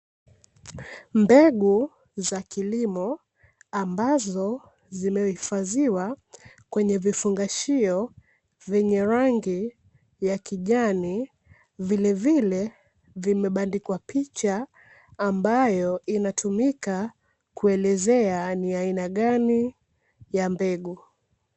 Mbegu za kilimo ambazo zimehifadhiwa kwenye vifungashio, vyenye rangi ya kijani, vile vile vimebandikwa picha ambayo inatumika kuelezea ni aina gani ya mbegu.